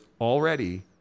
already